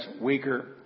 weaker